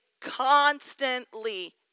constantly